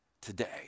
today